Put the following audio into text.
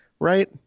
Right